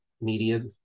media